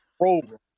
program